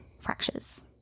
fractures